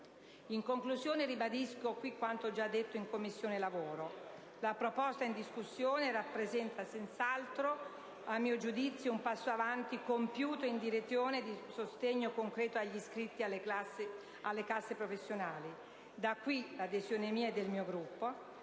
In conclusione, ribadisco qui quanto ho già sostenuto in Commissione lavoro: la proposta in discussione rappresenta senz'altro, a mio giudizio, un passo avanti compiuto in direzione di un sostegno concreto agli iscritti alle casse professionali. Da qui nasce l'adesione mia e del mio Gruppo.